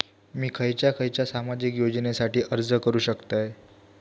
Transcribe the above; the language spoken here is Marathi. मी खयच्या खयच्या सामाजिक योजनेसाठी अर्ज करू शकतय?